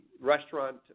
restaurant